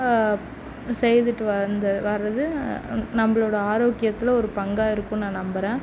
செய்துகிட்டு வந்து வரது நம்மளோட ஆரோக்கியத்தில் ஒரு பங்காக இருக்குன்னு நான் நம்புறேன்